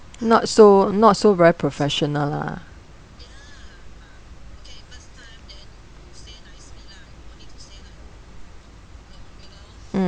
not so not so very professional lah mm